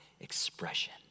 expression